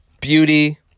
beauty